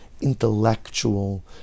intellectual